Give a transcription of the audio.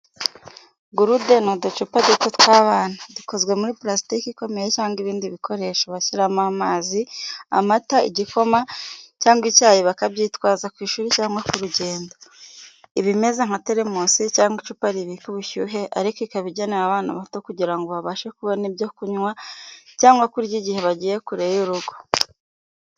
Gurude ni uducupa duto tw’abana, dukozwe muri plastic ikomeye cyangwa ibindi bikoresho, bashyiramo amazi, amata, igikoma cyangwa icyayi bakabyitwaza ku ishuri cyangwa ku rugendo. Iba imeze nka telemusi cyangwa icupa ribika ubushyuhe, ariko ikaba igenewe abana bato kugira ngo babashe kubona ibyo kunywa cyangwa kurya igihe bagiye kure y’urugo.